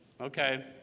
Okay